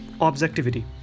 Objectivity